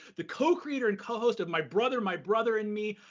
the co-creator and co-host of my brother, my brother and me,